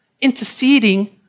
interceding